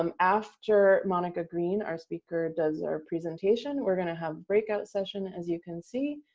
um after monica green, our speaker, does our presentation, we're going to have a breakout session, as you can see,